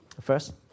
first